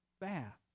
bath